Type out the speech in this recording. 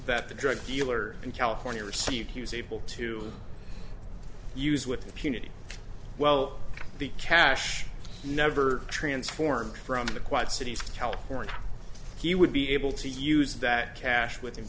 that the drug dealer in california received he was able to use with impunity well the cash never transformed from the quad cities california he would be able to use that cash with im